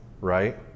right